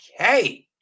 okay